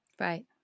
Right